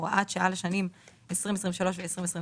נאמר: "הוראת שעה לשנים 2023 ו-202427ז.